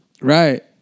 Right